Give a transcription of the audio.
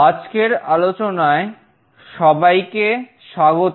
আজকের আলোচনায় সবাইকে স্বাগত